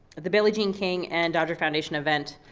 the billie jean king and dodger foundation event,